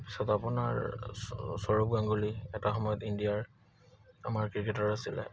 তাৰপিছত আপোনাৰ সৌৰভ গাংগুলি এটা সময়ত ইণ্ডিয়াৰ আমাৰ ক্ৰিকেটাৰ আছিলে